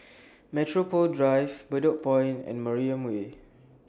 Metropole Drive Bedok Point and Mariam Way